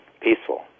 peaceful